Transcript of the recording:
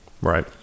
Right